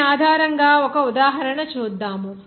దీని ఆధారంగా ఒక ఉదాహరణ చేద్దాం